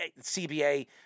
CBA